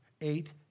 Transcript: Eight